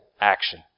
action